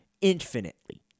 infinitely